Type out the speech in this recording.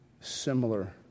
similar